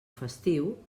festiu